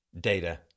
data